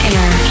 Air